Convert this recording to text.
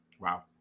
Wow